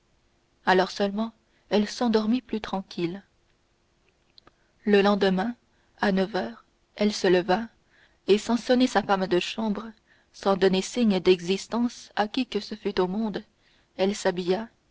alors seulement elle s'endormit plus tranquille le lendemain à neuf heures elle se leva et sans sonner sa femme de chambre sans donner signe d'existence à qui que ce fût au monde elle s'habilla